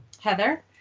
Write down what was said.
Heather